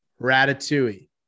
Ratatouille